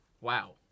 Wow